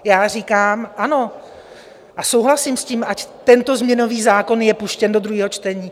Já říkám ano a souhlasím s tím, ať tento změnový zákon je puštěn do druhého čtení.